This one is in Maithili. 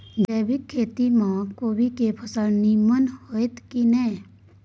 जैविक खेती म कोबी के फसल नीमन होतय की नय?